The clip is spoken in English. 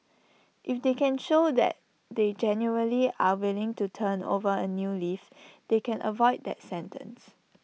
if they can show that they genuinely are willing to turn over A new leaf they can avoid that sentence